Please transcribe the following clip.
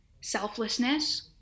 selflessness